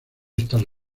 estas